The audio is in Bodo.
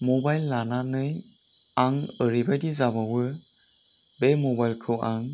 मबाइल लानानै आं ओरैबाइदि जाबावो बे मबाइलखौ आं